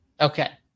Okay